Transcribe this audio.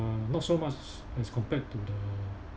not so much as compared to the